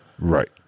Right